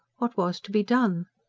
what was to be done?